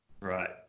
Right